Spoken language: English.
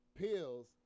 pills